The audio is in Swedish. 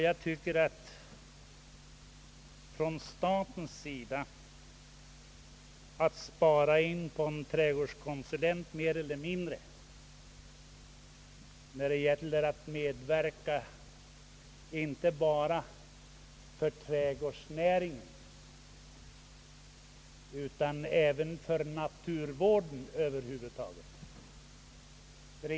Jag tycker att det är fel från statens sida att spara in en trädgårdskonsulent, när det gäller att stöd ja inte bara trädgårdsnäringen utan även naturvården över huvud taget.